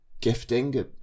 gifting